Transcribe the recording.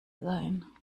sein